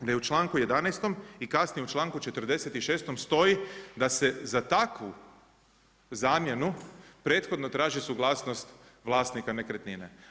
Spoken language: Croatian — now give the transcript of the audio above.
Da je u članku 11. i kasnije u članku 46. stoji da se za takvu zamjenu prethodno traži suglasnost vlasnika nekretnine.